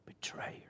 betrayer